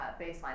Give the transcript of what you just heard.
baseline